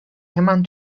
hemen